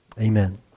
Amen